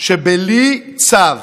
שבלי צו,